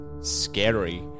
scary